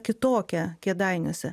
kitokią kėdainiuose